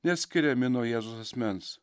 neatskiriami nuo jėzaus asmens